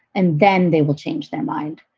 and then they will change their mind.